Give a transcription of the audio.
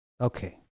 Okay